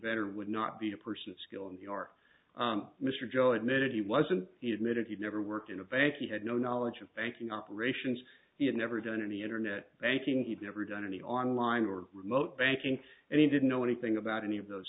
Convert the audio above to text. inventor would not be a person of skill and he or mr joe admitted he wasn't he admitted he'd never worked in a bank he had no knowledge of banking operations he had never done any internet banking he'd never done any online or remote banking and he didn't know anything about any of those